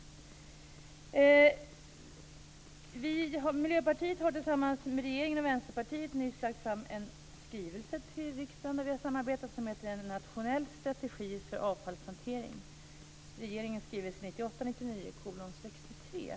Miljöpartiet har tillsammans med regeringen och Vänsterpartiet nyss lagt fram en skrivelse till riksdagen som heter En nationell strategi för avfallshanteringen. Det är regeringens skrivelse 1998/99:63.